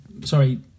Sorry